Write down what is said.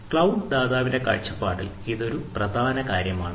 cloud ദാതാവിന്റെ കാഴ്ചപ്പാടിൽ ഇത് ഒരു പ്രധാന കാര്യമാണ്